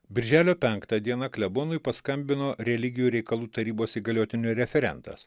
birželio penktą dieną klebonui paskambino religijų reikalų tarybos įgaliotinio referentas